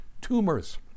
tumors